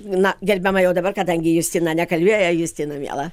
na gerbiama jau dabar kadangi justina nekalbėjo justina miela